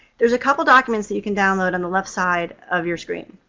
there's a couple documents that you can download on the left side of your screen.